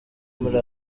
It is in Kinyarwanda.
muri